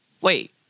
wait